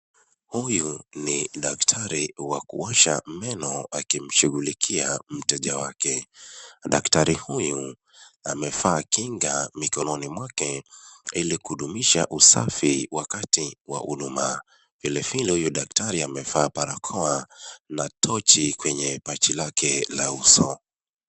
Huyu ni daktari wa kuosha meno, akimshungulikia mteja wake. Daktari huyu ,amevaa kinga mikononi mwake ili kudumisha usafi wakati wa huduma. Vile vile huyo daktari amevaa barakoa na tochi kwenye pachi lake la uso.